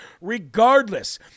regardless